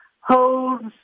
holds